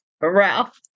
Ralph